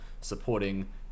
supporting